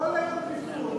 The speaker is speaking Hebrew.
כל היום חיפשו אותו.